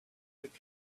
would